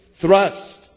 thrust